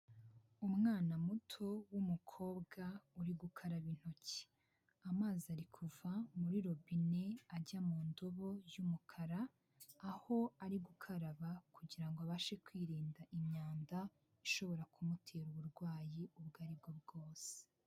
Umwana muto w'umukobwa uri gukaraba intoki, amazi ari kuva muri robine ajya mu ndobo y'umukara, aho ari gukaraba kugira ngo abashe kwirinda imyanda, ishobora kumutera uburwayi ubwo ari bwo bwose.